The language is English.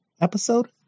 episode